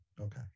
Okay